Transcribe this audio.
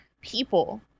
people